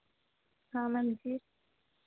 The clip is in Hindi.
हाँ मैम जी